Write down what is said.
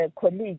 colleague